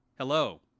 Hello